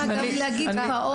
להגיד גם פעוט.